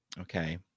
Okay